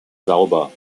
sauber